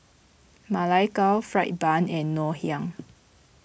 Ma Lai Gao Fried Bun and Ngoh Hiang